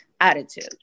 attitude